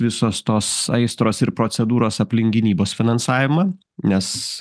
visos tos aistros ir procedūros aplink gynybos finansavimą nes